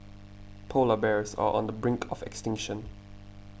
Polar Bears are on the brink of extinction